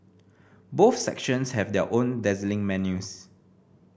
both sections have their own dazzling menus